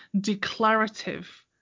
declarative